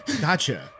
gotcha